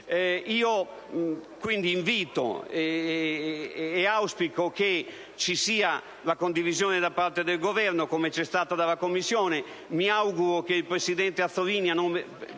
Quindi invito e auspico che ci sia la condivisione da parte del Governo, come c'è stata dalla Commissione. Mi auguro che il presidente Azzollini,